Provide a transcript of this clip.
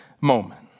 moment